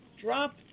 drop